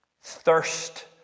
thirst